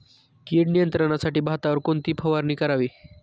कीड नियंत्रणासाठी भातावर कोणती फवारणी करावी?